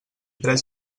tres